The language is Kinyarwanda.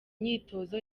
myitozo